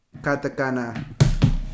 katakana